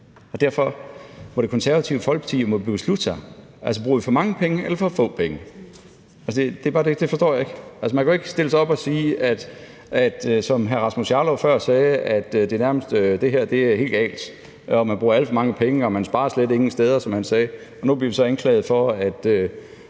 i. Derfor må Det Konservative Folkeparti beslutte sig: Altså, bruger vi for mange penge eller for få penge? Det er bare det, jeg ikke forstår. Altså, man kan jo ikke stille sig op sige, som hr. Rasmus Jarlov sagde før, at det her er helt galt, og at man bruger alt for mange penge og man slet ikke sparer nogen steder, som han sagde, og så nu anklage os for, at